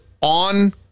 on